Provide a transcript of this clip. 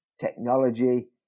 technology